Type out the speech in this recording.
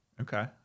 Okay